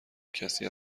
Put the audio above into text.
کسی